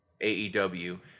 AEW